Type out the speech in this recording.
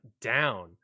down